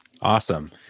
Awesome